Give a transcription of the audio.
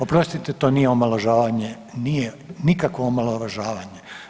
Oprostite to nije omalovažavanje, nije nikakvo omalovažavanje.